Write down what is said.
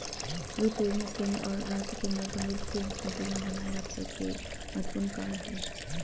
वित्त योजना केंद्र और राज्य के मध्य वित्तीय संतुलन बनाए रखे के महत्त्वपूर्ण कार्य हइ